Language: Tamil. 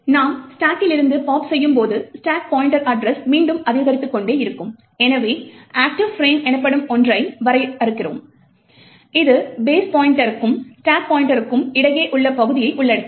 நாம் ஸ்டாக் கிலிருந்து பாப் செய்யும்போது ஸ்டேக் பாய்ண்ட்டர் அட்ரஸ் மீண்டும் அதிகரித்துக்கொண்டே இருக்கும் எனவே ஆக்ட்டிவ் ஃபிரேம் எனப்படும் ஒன்றை வரையறுக்கிறோம் இது பேஸ் பாய்ண்ட்டர்க்கும் ஸ்டாக் பாய்ண்ட்டர்க்கும் இடையே உள்ள பகுதியைக் உள்ளடக்கியது